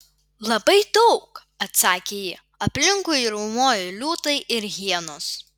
labai daug atsakė ji aplinkui riaumojo liūtai ir hienos